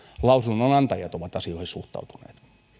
lausunnonantajat ovat asioihin suhtautuneet